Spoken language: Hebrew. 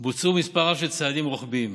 בוצעו מספר רב של צעדים רוחביים,